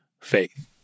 faith